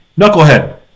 knucklehead